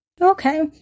Okay